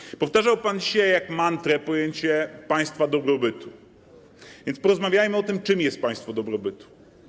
Dzisiaj powtarzał pan jak mantrę pojęcie państwa dobrobytu, więc porozmawiajmy o tym, czym jest państwo dobrobytu.